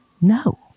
No